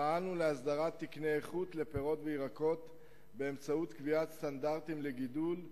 פעלנו להסדרת תקני איכות לפירות וירקות באמצעות קביעת סטנדרטים לגידול,